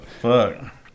Fuck